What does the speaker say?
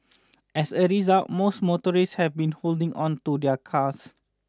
as a result most motorists have been holding on to their cars